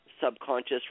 subconscious